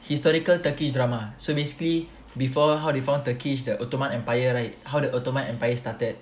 historical turkish drama so basically before how they found turkish the ottoman empire right how to ottoman empire started